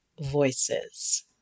voices